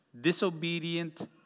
disobedient